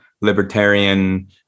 libertarian